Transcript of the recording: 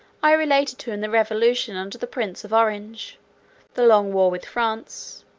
i related to him the revolution under the prince of orange the long war with france,